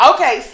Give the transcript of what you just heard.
Okay